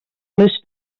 les